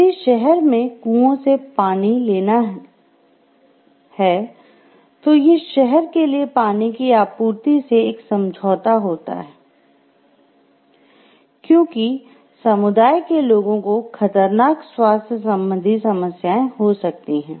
यदि शहर में कुओं से पानी लेता है तो ये शहर के लिए पानी की आपूर्ति से एक समझौता होता है क्योंकि समुदाय के लोगों को खतरनाक स्वास्थ्य संबंधी समस्याएं हो सकती हैं